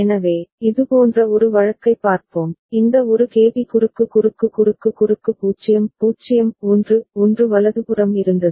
எனவே இதுபோன்ற ஒரு வழக்கைப் பார்ப்போம் இந்த ஒரு கேபி குறுக்கு குறுக்கு குறுக்கு குறுக்கு 0 0 1 1 வலதுபுறம் இருந்தது